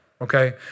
okay